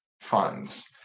funds